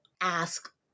ask